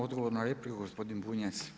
Odgovor na repliku gospodin Bunjac.